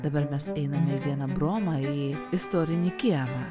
dabar mes einam į vieną bromą į istorinį kiemą